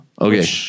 okay